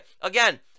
again